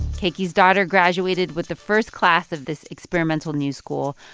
keiki's daughter graduated with the first class of this experimental new school,